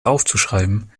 aufzuschreiben